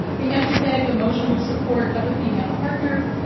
the empathetic emotional support of a female partner,